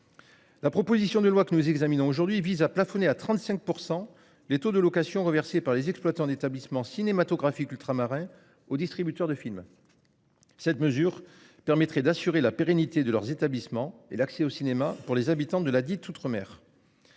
La proposition de loi que nous examinons aujourd'hui vise à plafonner à 35% les taux de location renversé par les exploitants d'établissements cinématographiques ultramarins aux distributeurs de films. Cette mesure permettrait d'assurer la pérennité de leurs établissements et l'accès au cinéma pour les habitants de la dite outre-mer.